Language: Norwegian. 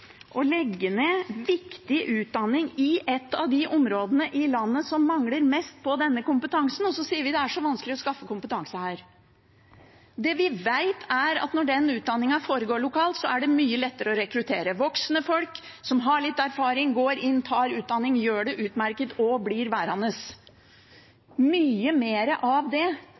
å legge ned viktig utdanning i et av de områdene i landet som mangler mest av denne kompetansen, og så sier man at det er så vanskelig å skaffe kompetanse der. Det vi vet, er at når den utdanningen foregår lokalt, er det mye lettere å rekruttere voksne folk som har litt erfaring, går inn, tar utdanning, gjør det utmerket og blir værende. Det trengs mye mer av det,